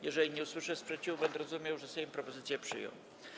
Jeżeli nie usłyszę sprzeciwu, będę rozumiał, że Sejm propozycję przyjął.